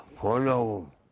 Follow